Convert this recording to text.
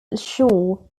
ashore